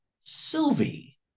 Sylvie